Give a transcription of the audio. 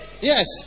Yes